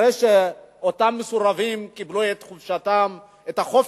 אחרי שאותם מסורבים קיבלו את החופש שלהם,